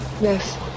Yes